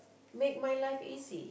make my life easy